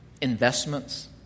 investments